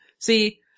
See